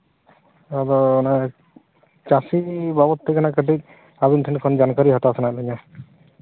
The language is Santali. ᱟᱫᱚ ᱱᱮ ᱪᱟᱹᱥᱤ ᱵᱟᱵᱚᱫ ᱛᱮ ᱱᱟᱦᱟᱜ ᱠᱟᱹᱴᱤᱡ ᱟᱹᱵᱤᱱ ᱴᱷᱮᱱ ᱠᱷᱚᱱ ᱡᱟᱱᱠᱟᱨᱤ ᱦᱟᱛᱟᱣ ᱥᱟᱱᱟᱭᱮᱫ ᱞᱤᱧᱟ